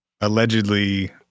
allegedly